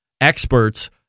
experts